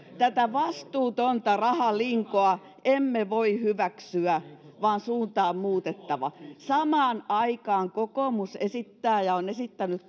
tätä vastuutonta rahalinkoa emme voi hyväksyä vaan suuntaa on muutettava samaan aikaan kokoomus esittää ja on esittänyt